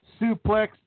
suplex